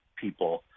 people